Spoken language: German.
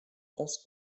das